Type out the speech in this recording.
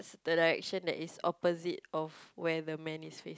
the direction that is opposite of where the man is fac~